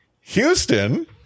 Houston